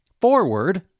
forward